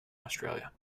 australia